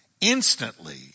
Instantly